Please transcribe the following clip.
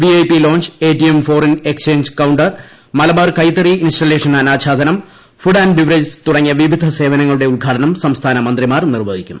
V I P lounge A T M foreign exchange counter Malabar കൈത്തറി installation അനാച്ഛാദനം food and beverages തുടങ്ങിയ വിവിധ സേവനങ്ങളുടെ ഉദ്ഘാടനം സംസ്ഥാന മന്ത്രിമാർ നിർവ്വഹിക്കും